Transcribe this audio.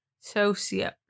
Socio